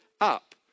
up